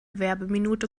werbeminute